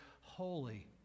holy